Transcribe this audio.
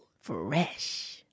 fresh